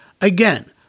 Again